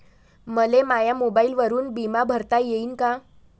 मले माया मोबाईलवरून बिमा भरता येईन का?